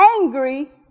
angry